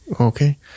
Okay